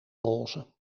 roze